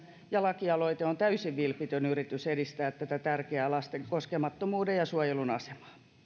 ja lakialoite on täysin vilpitön yritys edistää tätä tärkeää lasten koskemattomuuden ja suojelun asiaa